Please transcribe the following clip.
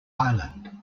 island